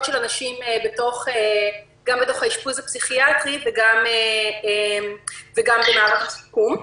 של אנשים גם בתוך האשפוז הפסיכיאטרי וגם במערך השיקום.